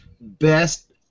best